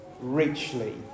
richly